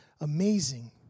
amazing